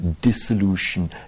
dissolution